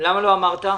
למה לא אמרת?